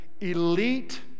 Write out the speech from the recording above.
elite